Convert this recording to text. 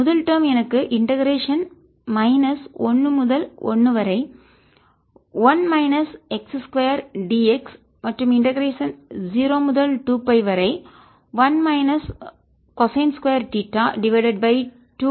முதல் டேர்ம் எனக்கு integration minus 1 முதல் 1 வரை dx மற்றும் இண்டெகரேஷன் 0 முதல் 2 வரை 1 minus cosine square theta divided by 2 dΦ